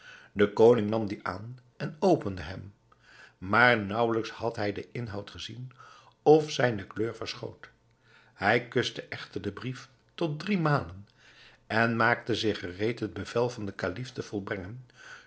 de koning nam dien aan en opende hem maar naauwelijks had hij den inhoud gezien of zijne kleur verschoot hij kuste echter den brief tot driemalen en maakte zich gereed het bevel van den kalif te volbrengen